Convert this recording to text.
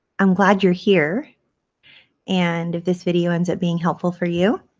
i'm glad you're here and if this video ends up being helpful for you,